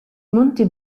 monti